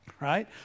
right